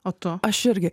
o tu aš irgi